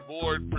Board